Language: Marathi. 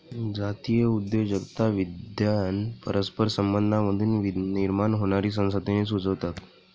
जातीय उद्योजकता विद्वान परस्पर संबंधांमधून निर्माण होणारी संसाधने सुचवतात